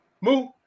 move